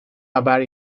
haber